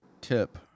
tip